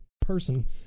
person